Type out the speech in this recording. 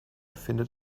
findet